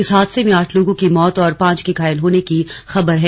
इस हादसे में आठ लोगों की मौत और पांच के घायल होने की खबर है